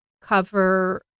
cover